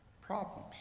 problems